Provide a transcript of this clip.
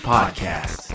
Podcast